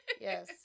yes